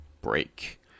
break